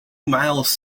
miles